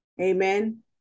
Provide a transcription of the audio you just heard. Amen